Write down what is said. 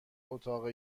اتاق